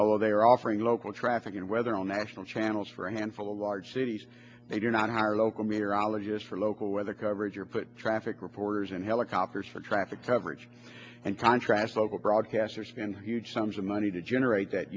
lads they are offering local traffic and weather all national channels for a handful of large cities they do not hire local meteorologist for local weather coverage or put traffic reporters in helicopters for traffic coverage and contrast local broadcasters in huge sums of money to generate that